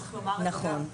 צריך לומר את זה גם,